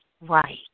Right